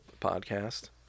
podcast